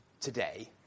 today